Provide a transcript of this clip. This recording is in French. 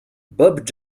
bob